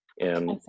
and-